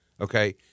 Okay